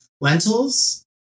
lentils